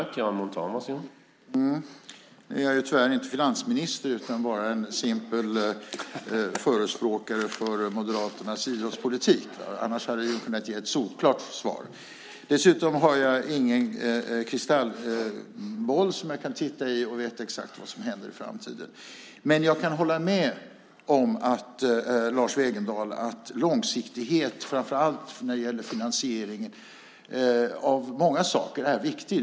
Herr talman! Nu är jag tyvärr inte finansminister utan bara en simpel förespråkare för Moderaternas idrottspolitik. Annars hade jag kunnat ge ett solklart svar. Dessutom har jag ingen kristallkula som jag kan titta i för att veta exakt vad som händer i framtiden. Men jag kan hålla med Lars Wegendal om att långsiktighet, framför allt när det gäller finansiering av många saker, är viktigt.